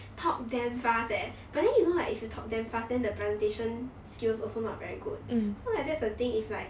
talk damn fast eh but then you know like if you talk them fast then the presentation skills also not very good so like that's the thing if like